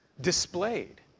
displayed